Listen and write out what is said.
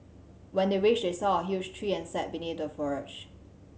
when they reached they saw a huge tree and sat beneath the foliage